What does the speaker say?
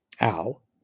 Al